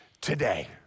today